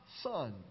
Son